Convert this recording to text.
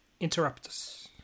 interruptus